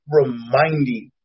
reminding